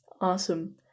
awesome